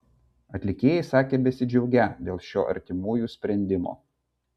atlikėjai sakė besidžiaugią dėl šio artimųjų sprendimo